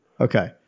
Okay